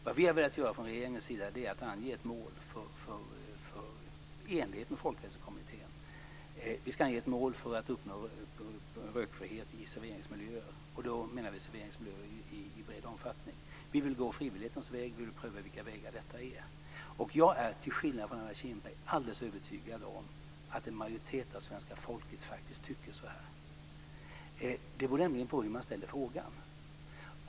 Vad vi från regeringen är beredda att göra är att i enlighet med Folkhälsokommittén ange ett mål för att uppnå rökfrihet i serveringsmiljöer, och då avser vi serveringsmiljöer i bred omfattning. Vi vill gå frivillighetens väg. Vi vill pröva vilka vägar detta är. Jag är, till skillnad från Anna Kinberg, alldeles övertygad om att en majoritet av svenska folket faktiskt tycker så här. Det beror nämligen på hur man ställer frågan.